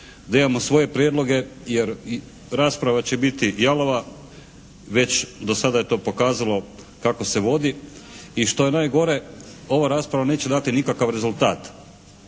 da imamo svoje prijedloge. Jer rasprava će biti jalova. Već do sada je to pokazalo kako se vodi. I što je najgore ova rasprava neće dati nikakav rezultat.